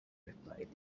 replied